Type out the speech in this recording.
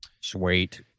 Sweet